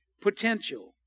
potential